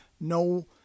no